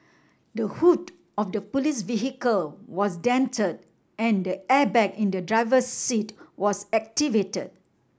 the hood of the police vehicle was dented and the airbag in the driver's seat was activated